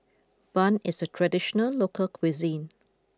Bun is a traditional local cuisine